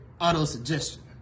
auto-suggestion